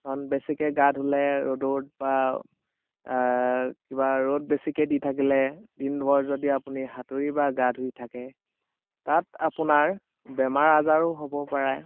কাৰণ বেছিকৈ গা ধুলে ৰ'দত বা আ কিবা ৰ'দ বেছিকৈ দি থাকিলে দিনভৰ যদি আপুনি সাঁতুৰি বা গা ধুই থাকে তাত আপোনাৰ বেমাৰ আজাৰো হ'ব পাৰে